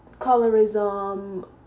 colorism